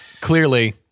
clearly